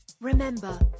Remember